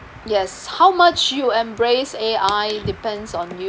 yes how much you embrace A_I depends on you